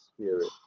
spirit